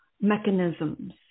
mechanisms